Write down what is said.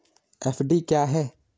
FD क्या है?